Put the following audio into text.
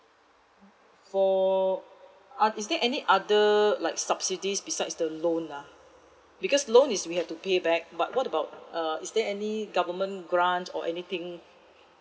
for uh is there any other like subsidies besides the loan ah because loan is we have to pay back but what about uh is there any government grant or anything